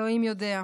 אלוהים יודע.